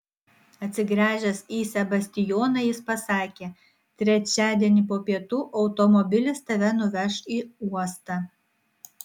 atsigręžęs į sebastijoną jis pasakė trečiadienį po pietų automobilis tave nuveš į uostą